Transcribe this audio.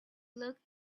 looked